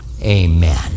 amen